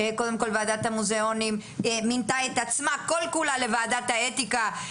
קודם כל וועדת המוזיאונים מינתה את עצמה כל כולה לוועדת האתיקה,